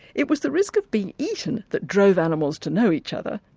it was the risk of being eaten that drove animals to know each other.